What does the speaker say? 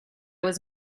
was